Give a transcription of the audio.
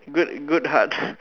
good good heart